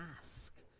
ask